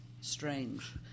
strange